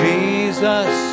Jesus